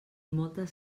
moltes